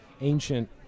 ancient